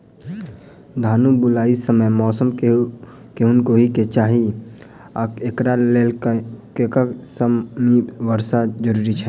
धान बुआई समय मौसम केहन होइ केँ चाहि आ एकरा लेल कतेक सँ मी वर्षा जरूरी छै?